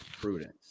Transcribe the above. prudence